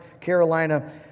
Carolina